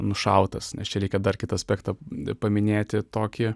nušautas nes čia reikia dar kitą aspektą paminėti tokį